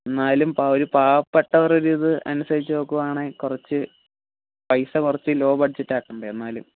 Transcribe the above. എന്നാലും ഒരു പാവപ്പെട്ടവർഡി ഒരിത് അനുസരിച്ചു നോക്കുവാണേൽ കുറച്ചു പൈസ കുറച്ചു ലോ ബഡ്ജറ്റ് ആക്കേണ്ട എന്നാലും